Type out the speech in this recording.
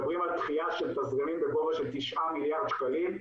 מדברים על דחייה של תזרימים בגובה של תשעה מיליארד שקלים,